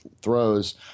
throws